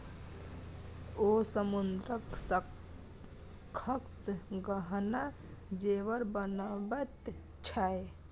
ओ समुद्रक शंखसँ गहना जेवर बनाबैत छै